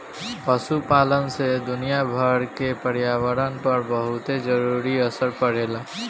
पशुपालन से दुनियाभर के पर्यावरण पर बहुते जरूरी असर पड़ेला